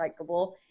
recyclable